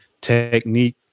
technique